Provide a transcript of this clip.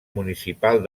municipal